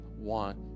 want